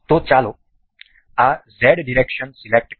તો ચાલો આ Z ડિરેક્શન સિલેક્ટ કરીએ